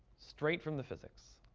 straight from the physics.